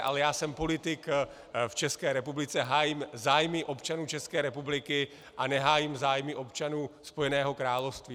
Ale já jsem politik v České republice, hájím zájmy občanů České republiky a nehájím zájmy občanů Spojeného království.